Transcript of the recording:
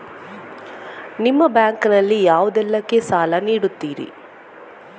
ನಿಮ್ಮ ಬ್ಯಾಂಕ್ ನಲ್ಲಿ ಯಾವುದೇಲ್ಲಕ್ಕೆ ಸಾಲ ನೀಡುತ್ತಿರಿ?